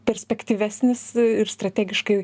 perspektyvesnis ir strategiškai